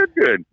good